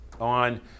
on